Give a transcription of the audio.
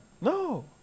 No